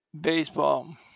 baseball